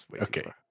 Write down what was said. Okay